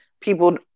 people